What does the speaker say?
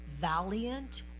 valiant